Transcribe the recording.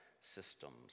systems